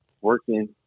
working